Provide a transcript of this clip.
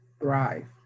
thrive